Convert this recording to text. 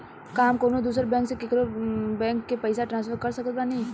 का हम कउनों दूसर बैंक से केकरों के पइसा ट्रांसफर कर सकत बानी?